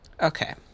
Okay